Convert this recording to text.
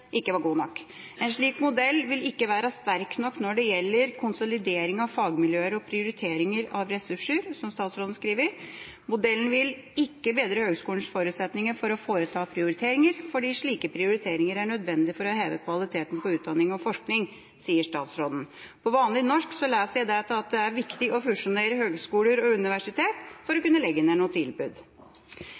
ikke var god nok. En slik modell vil ikke være sterk nok når det gjelder konsolidering av fagmiljøer og prioriteringer av ressurser, som statsråden skriver. Modellen vil ikke bedre høgskolenes forutsetninger for å foreta prioriteringer fordi slike prioriteringer er nødvendig for å heve kvaliteten på utdanning og forskning, sier statsråden. På vanlig norsk leser jeg det til at det er viktig å fusjonere høgskoler og universitet for å kunne legge ned noen tilbud.